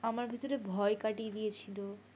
আমার ভিতরে ভয় কাটিয়ে দিয়েছিলো